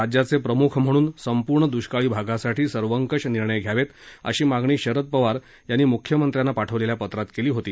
राज्याचे प्रमुख म्हणून संपूर्ण दुष्काळी भागासाठी सर्वकष निर्णय घ्यावेत अशी मागणी पवार यांनी मुख्यमंत्र्यांना पाठविलेल्या पत्रात केली होती